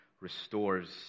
restores